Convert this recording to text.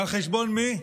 על חשבון מי?